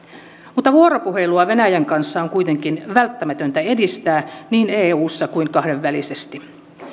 mutta vuoropuhelua venäjän kanssa on kuitenkin välttämätöntä edistää niin eussa kuin kahdenvälisesti